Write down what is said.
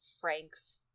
Frank's